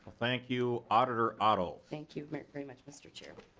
thank you auditor ott o. thank you very much mr. chair.